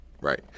Right